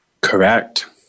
Correct